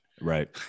Right